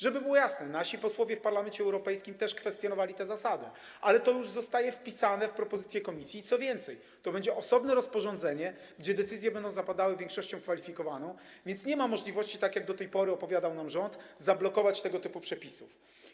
Żeby było jasne - nasi posłowie w Parlamencie Europejskim też kwestionowali tę zasadę, ale to już zostało wpisane w propozycje Komisji, co więcej, to będzie osobne rozporządzenie, gdzie decyzje będą zapadły większością kwalifikowaną, więc nie ma możliwości, tak jak do tej pory opowiadał nam rząd, zablokować tego typu przepisów.